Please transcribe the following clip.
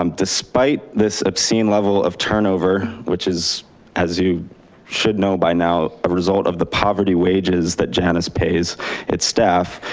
um despite this obscene level of turnover, which is as you should know by now, a result of the poverty wages that janus pays its staff,